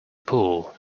pool